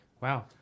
Wow